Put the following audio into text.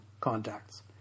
contacts